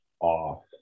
off